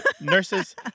nurses